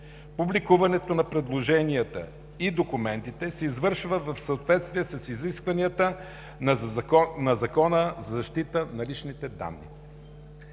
Публикуването на предложенията и документите се извършва в съответствие с изискванията на Закона за защита на личните данни.